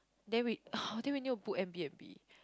then we oh then we need to book AirBnb